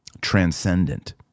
transcendent